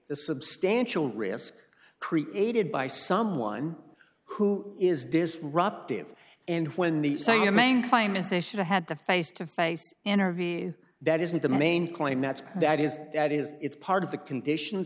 the substantial risk created by someone who is disruptive and when the so your main claim is they should have had the face to face interview that isn't the main claim that's that is that is it's part of the conditions